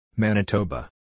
Manitoba